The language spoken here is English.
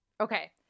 Okay